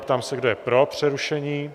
Ptám se, kdo je pro přerušení?